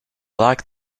like